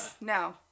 No